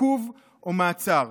עיכוב או מעצר.